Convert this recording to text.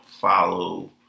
follow